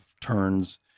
turns